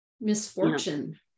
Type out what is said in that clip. misfortune